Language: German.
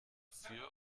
für